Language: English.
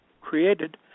created